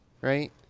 right